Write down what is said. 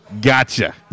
Gotcha